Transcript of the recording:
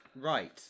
Right